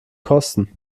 kosten